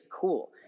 cool